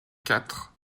quatre